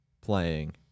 playing